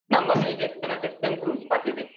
number না এই যে স্ক্যানারসে স্ক্যান করুন পাঠিয়ে দিন